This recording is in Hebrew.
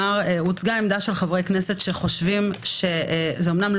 הוצגה העמדה של חברי הכנסת שחשבו שזו אמנם לא